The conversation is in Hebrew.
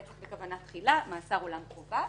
רצח בכוונה תחילה מאסר עולם חובה.